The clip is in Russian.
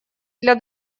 для